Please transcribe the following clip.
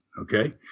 okay